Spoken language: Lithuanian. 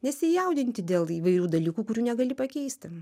nesijaudinti dėl įvairių dalykų kurių negali pakeisti